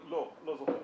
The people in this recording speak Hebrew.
לא זוכר,